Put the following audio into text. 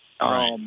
Right